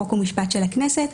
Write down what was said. חוק ומשפט של הכנסת,